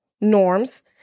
norms